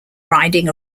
riding